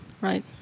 right